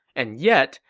and yet,